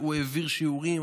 הוא העביר שיעורים,